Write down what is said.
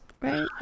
Right